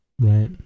Right